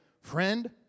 friend